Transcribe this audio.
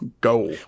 go